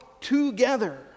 together